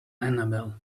annabelle